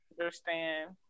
Understand